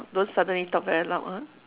don't suddenly talk very loud ah